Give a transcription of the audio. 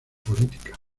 política